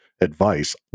advice